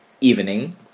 evening